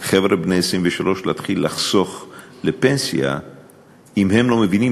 חבר'ה בני 23 לחסוך לפנסיה אם הם לא מבינים,